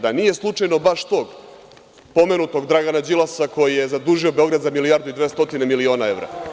Da nije slučajno baš tog pomenutog Dragana Đilasa koji je zadužio Beograd za milijardu i 200 miliona evra?